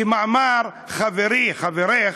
כמאמר חברי, חברך,